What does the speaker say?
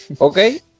Okay